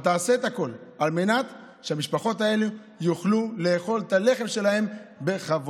אבל תעשה את הכול על מנת שהמשפחות הללו יוכלו לאכול את הלחם שלהן בכבוד.